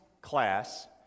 class